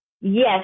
Yes